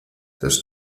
this